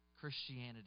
Christianity